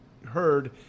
heard